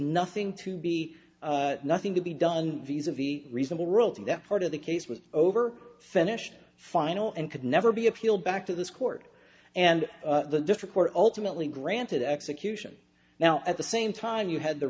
nothing to be nothing to be done viz a viz a reasonable royalty that part of the case was over finished final and could never be appealed back to this court and the district court ultimately granted execution now at the same time you had t